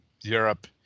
Europe